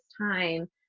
time